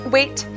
Wait